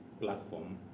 platform